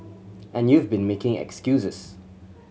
and you've been making excuses